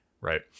right